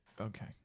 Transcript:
Okay